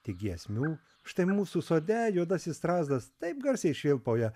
tik giesmių štai mūsų sode juodasis strazdas taip garsiai švilpauja